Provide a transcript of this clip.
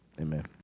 Amen